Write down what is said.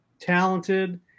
talented